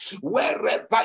wherever